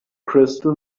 crystal